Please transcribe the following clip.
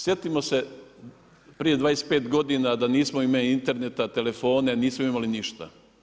Sjetimo se prije 25 godina da nismo imali interneta, telefone, nismo imali ništa.